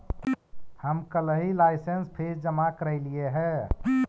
हम कलहही licence fees जमा करयलियइ हे